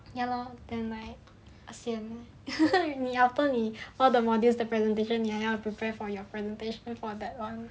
ya lor then like sian after 你 all the modules the presentation 你还要 prepare the presentation for that [one]